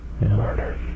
Murder